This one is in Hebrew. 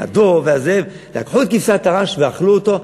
הדוב והזאב לקחו את כבשת הרש ואכלו אותה,